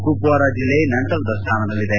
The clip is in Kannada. ಕುಪ್ವಾರ ಜಿಲ್ಲೆ ನಂತರದ ಸ್ಥಾನದಲ್ಲಿದೆ